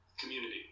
community